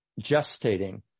gestating